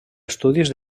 estudis